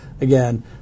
again